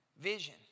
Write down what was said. vision